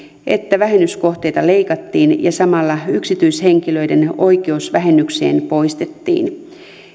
että vähennyskohteita leikattiin ja samalla yksityishenkilöiden oikeus vähennykseen poistettiin